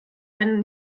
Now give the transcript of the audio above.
einen